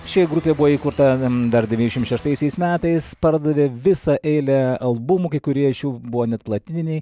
ši grupė buvo įkurta dar devyniasdešimt šeštaisiais metais pardavė visą eilę albumų kai kurie iš jų buvo net platininiai